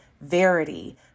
Verity